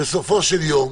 בסופו של יום,